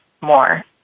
more